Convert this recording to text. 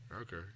Okay